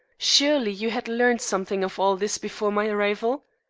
surely, you had learned something of all this before my arrival?